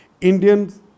Indians